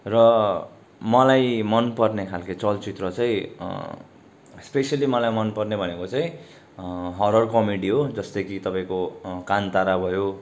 र मलाई मनपर्ने खालके चलचित्र चाहिँ स्पेसियली मलाई मनपर्ने भनेको चाहिँ हरर कमेडी हो जस्तै कि तपाईँको कानतारा भयो